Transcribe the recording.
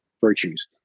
virtues